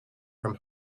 from